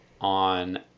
on